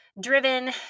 driven